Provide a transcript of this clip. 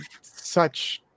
such-